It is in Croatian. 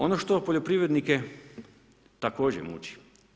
Ono što poljoprivrednike također muči.